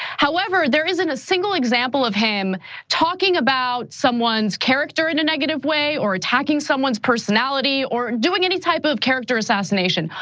however, there isn't a single example of him talking about someone's character in a negative way or attacking someone's personality. or doing any type ah of character assassination.